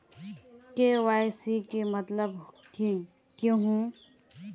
KYC के मतलब केहू?